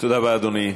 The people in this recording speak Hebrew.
תודה רבה, אדוני.